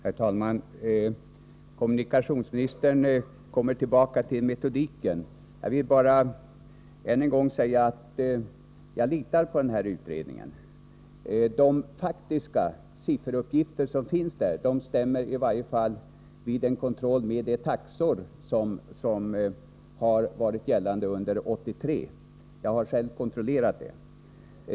Herr talman! Kommunikationsministern kommer tillbaka till metodiken. Jag vill bara än en gång säga att jag litar på den här utredningen. De faktiska sifferuppgifterna i den stämmer i varje fall med de taxor som har varit gällande under 1983 — jag har själv kontrollerat det.